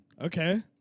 Okay